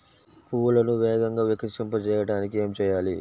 పువ్వులను వేగంగా వికసింపచేయటానికి ఏమి చేయాలి?